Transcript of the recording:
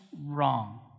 wrong